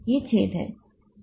ये छेद हैं